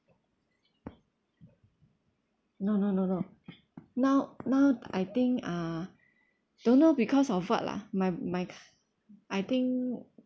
no no no no now now I think uh don't know because of what lah my my I think